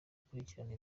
gukurikirana